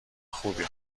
خوبی